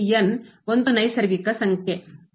ಆದ್ದರಿಂದ ಇಲ್ಲಿ ಒಂದು ನೈಸರ್ಗಿಕ ಸಂಖ್ಯೆ